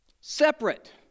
Separate